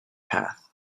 path